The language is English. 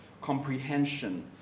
comprehension